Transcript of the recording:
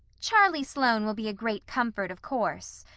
charlie sloane will be a great comfort, of course,